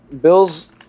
Bills